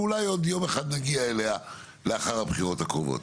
ואולי עוד יום אחד נגיע אליה לאחר הבחירות הקרובות.